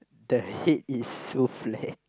the head is so flat